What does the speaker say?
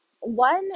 One